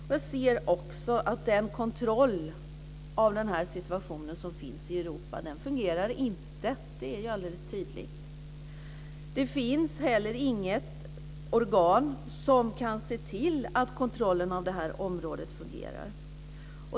Jag ser också att den kontroll av den här situationen som sker i Europa inte fungerar. Det är helt tydligt. Det finns heller inget organ som kan se till att kontrollen av området fungerar.